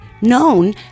Known